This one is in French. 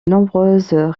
nombreuses